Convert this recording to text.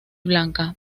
blanca